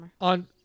on